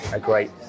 great